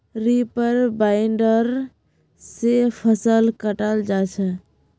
reaper binder से फसल कटाल जा छ